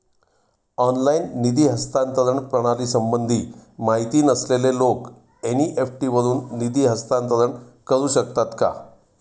Online निधी हस्तांतरण प्रणालीसंबंधी माहिती नसलेले लोक एन.इ.एफ.टी वरून निधी हस्तांतरण करू शकतात का?